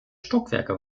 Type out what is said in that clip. stockwerke